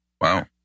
Wow